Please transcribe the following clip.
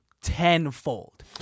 tenfold